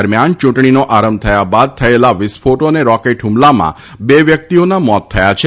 દરમ્યાન યૂંટણીનો આરંભ થયા બાદ થયેલા વિસ્ફોટો અને રોકેટ ફમલામાં બે વ્યક્તિઓના મોત થયા છે